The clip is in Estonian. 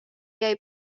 jäi